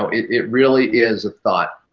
so it it really is a thought.